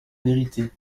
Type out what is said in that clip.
vérité